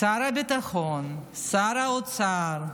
שר הביטחון, שר האוצר,